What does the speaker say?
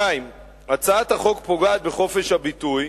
2. הצעת החוק פוגעת בחופש הביטוי